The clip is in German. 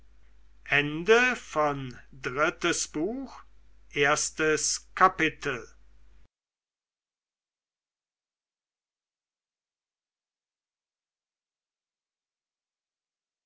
drittes buch erstes kapitel